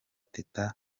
teta